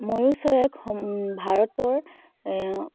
ময়ুৰ চৰাইক ভাৰতৰ